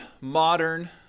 modern